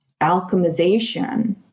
alchemization